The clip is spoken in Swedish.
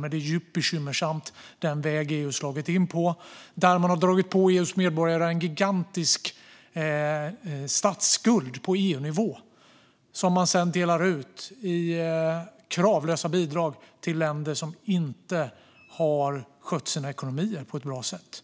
Men den väg som EU slagit in på är djupt bekymmersam. Man har dragit på EU:s medborgare en gigantisk statsskuld på EU-nivå som man sedan delar ut i kravlösa bidrag till länder som inte har skött sina ekonomier på ett bra sätt.